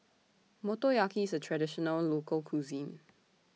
Motoyaki IS A Traditional Local Cuisine